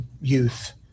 youth